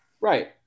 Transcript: Right